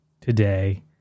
today